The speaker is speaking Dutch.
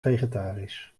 vegetarisch